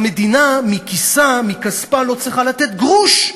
המדינה מכיסה, מכספה, לא צריכה לתת גרוש.